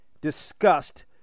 discussed